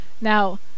Now